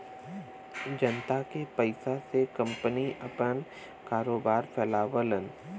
जनता के पइसा से कंपनी आपन कारोबार फैलावलन